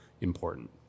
important